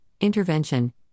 intervention